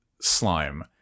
slime